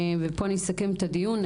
אני אסכם את הדיון,